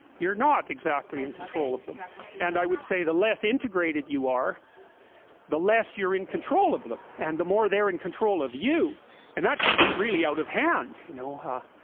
you're not exactly in control of them and i would say the less integrated you are the less you're in control of them and the more they're in control of you and that can get really out of hand, you know ah